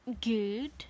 good